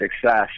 success